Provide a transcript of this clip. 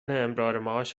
امرارمعاش